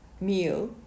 meal